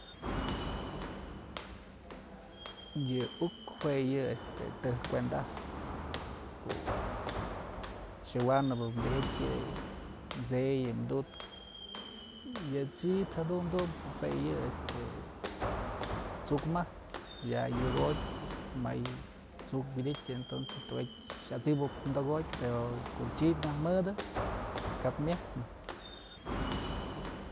Yë uk jue yë este tëj kuenda ajpë ku nëwanëp tyjatyë yë mt'sey mdu'utkë yë chid jadun dunbë jue yë este t'suk mat'spë ya yukotyë may t'suk widityë tokatyë yat'sipëp pero ko'o chid najk mëdë kap myejt'snë.